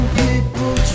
people